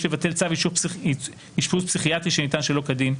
לבטל צו אשפוז פסיכיאטרי שניתן שלא כדין,